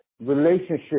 relationship